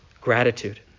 gratitude